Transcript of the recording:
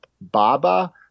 Baba